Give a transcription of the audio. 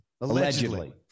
allegedly